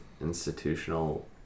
institutional